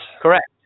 Correct